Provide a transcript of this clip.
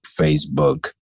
Facebook